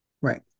Right